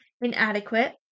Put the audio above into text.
inadequate